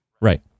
Right